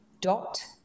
dot